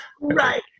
Right